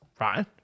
right